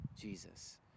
Jesus